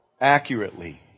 accurately